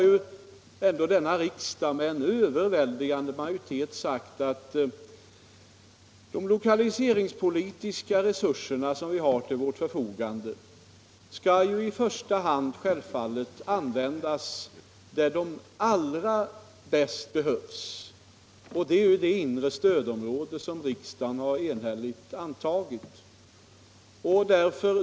Riksdagen har med en överväldigande majoritet uttalat att de lokaliseringspolitiska resurser vi har till vårt förfogande självfallet i första hand skall användas där de allra bäst behövs, och det är i det inre stödområdet, som riksdagen enhälligt fattat beslut om.